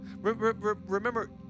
Remember